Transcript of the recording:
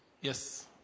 Yes